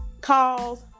calls